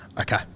okay